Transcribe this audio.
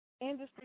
industry